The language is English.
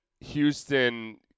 Houston